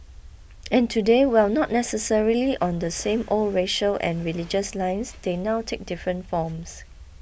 and today while not necessarily on the same old racial and religious lines they now take different forms